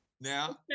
Now